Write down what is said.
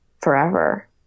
forever